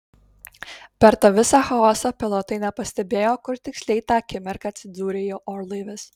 per tą visą chaosą pilotai nepastebėjo kur tiksliai tą akimirką atsidūrė jų orlaivis